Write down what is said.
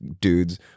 dudes